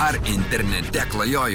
ar internete klajoju